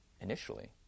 initially